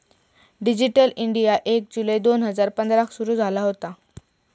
digital India एक जुलै दोन हजार पंधराक सुरू झाला होता